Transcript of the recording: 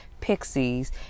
Pixies